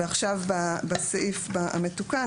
ועכשיו בסעיף המתוקן,